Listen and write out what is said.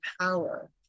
power